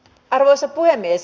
arvoisa puhemies